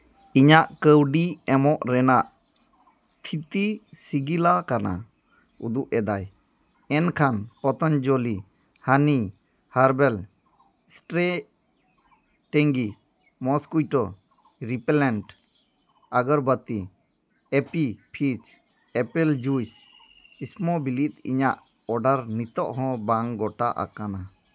ᱤᱧᱟᱹᱜ ᱠᱟᱹᱣᱰᱤ ᱮᱢᱚᱜ ᱨᱮᱱᱟᱜ ᱛᱷᱤᱛᱤ ᱥᱤᱜᱤᱞ ᱟᱠᱟᱱᱟ ᱩᱫᱩᱜ ᱮᱫᱟᱭ ᱮᱱᱠᱷᱟᱱ Patanjali honey herbal strategy mosquito repellent ᱟᱜᱚᱨᱵᱟᱹᱛᱤ ᱮᱯᱤ ᱯᱷᱤᱡᱽ ᱟᱯᱮᱞ ᱡᱩᱥ ᱤᱥᱢᱚᱵᱤᱞᱤᱫ ᱤᱧᱟᱹᱜ ᱚᱰᱟᱨ ᱱᱤᱛᱚᱜ ᱦᱚᱸ ᱵᱟᱝ ᱜᱚᱴᱟ ᱟᱠᱟᱱᱟ